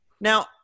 Now